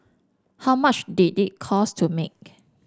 how much did it cost to make